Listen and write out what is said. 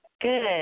Good